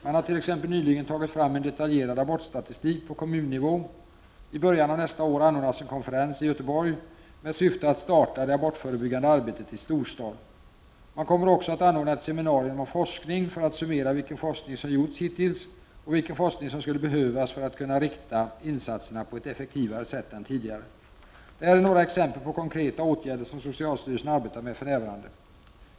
Man har t.ex. nyligen tagit fram en ny detaljerad abortstatistik på kommunnivå. I början av nästa år anordnas en konferens i Göteborg med syfte att starta det abortförebyggande arbetet i storstad. Man kommer också att anordna ett seminarium om forskning för att summera vilken forskning som gjorts hittills och vilken forskning som skulle behövas för att kunna rikta insatserna på ett effektivare sätt än tidigare. Det här är några exempel på konkreta åtgärder som socialstyrelsen arbetar med för närvarande.